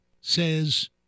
says